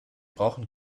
brauchen